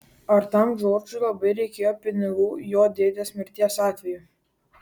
ar tam džordžui labai reikėjo pinigų jo dėdės mirties atveju